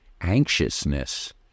anxiousness